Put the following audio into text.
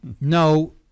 No